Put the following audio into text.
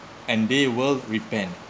and they will repent